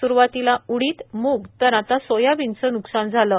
स्रवातीला उडीद मूग तर आता सोयाबीनच न्कसान झालं आहे